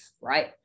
right